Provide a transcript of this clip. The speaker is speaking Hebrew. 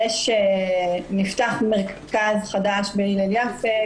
נפתח מרכז חדש בהלל יפה,